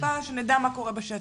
שנדע טיפה מה קורה בשטח.